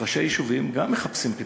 וראשי יישובים גם מחפשים פתרון.